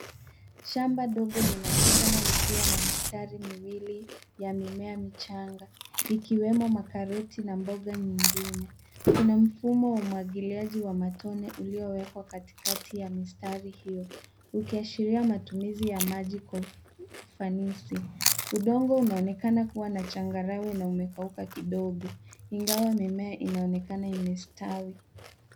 Shamba ndogo linaonekana likiwa na mistari miwili ya mimea michanga ikiwemo makaroti na mboga nyingine. Kuna mfumo wa umwagiliaji wa matone ulio wekwa katikati ya mistari hiyo. Ukiashiria matumizi ya maji kwa ufanisi. Udongo unaonekana kuwa na changarawe na umekauka kidogo, ingawa mimea inaonekana imestawi.